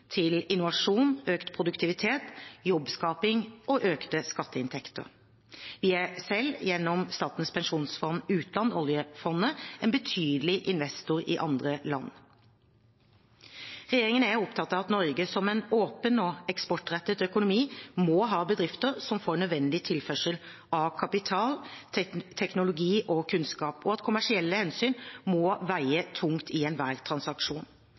innovasjon, økt produktivitet, jobbskaping og økte skatteinntekter. Vi er selv gjennom Statens pensjonsfond utland – oljefondet – en betydelig investor i andre land. Regjeringen er opptatt av at Norge, som en åpen og eksportrettet økonomi, må ha bedrifter som får nødvendig tilførsel av kapital, teknologi og kunnskap, og at kommersielle hensyn må veie tungt i enhver transaksjon.